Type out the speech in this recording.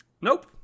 Nope